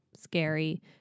scary